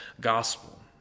gospel